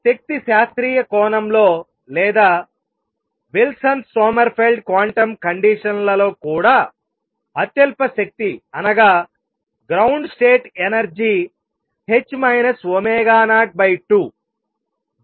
శక్తి శాస్త్రీయ కోణంలో లేదా విల్సన్స్ సోమెర్ఫెల్డ్ క్వాంటం కండిషన్లలో కూడా అత్యల్ప శక్తి అనగా గ్రౌండ్ స్టేట్ ఎనర్జీ 02